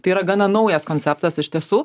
tai yra gana naujas konceptas iš tiesų